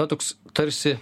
na toks tarsi